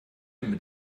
mit